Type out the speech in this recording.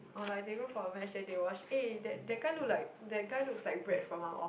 oh like they go for a match then they watch eh that that guy look like that guy looks like Brad from our off~